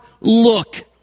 look